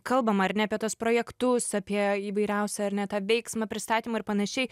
kalbama ar ne apie tuos projektus apie įvairiausią ar ne tą veiksmą pristatymą ir panašiai